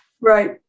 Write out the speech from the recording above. Right